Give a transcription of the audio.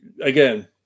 again